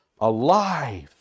alive